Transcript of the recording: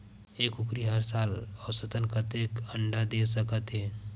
एक कुकरी हर साल औसतन कतेक अंडा दे सकत हे?